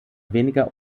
weniger